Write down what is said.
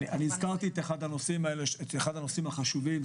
הזכרתי את הנושא הזה כאחד הנושאים החשובים,